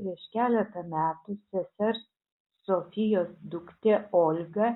prieš keletą metų sesers zofijos duktė olga